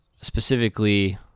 specifically